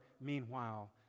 meanwhile